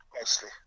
mostly